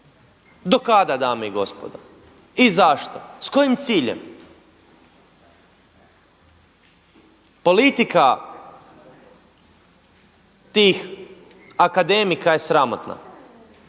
Do kada dame i gospodo? I zašto? S kojim ciljem? Politika tih akademika je sramotna.